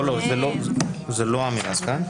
לא, זאת לא האמירה כאן.